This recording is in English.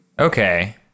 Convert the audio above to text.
Okay